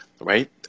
right